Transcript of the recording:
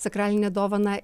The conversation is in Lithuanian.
sakralinę dovaną